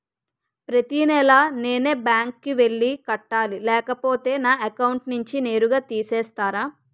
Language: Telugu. ప్రతి నెల నేనే బ్యాంక్ కి వెళ్లి కట్టాలి లేకపోతే నా అకౌంట్ నుంచి నేరుగా తీసేస్తర?